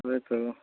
ରହିବାକୁ ପଡ଼ିବ